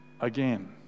again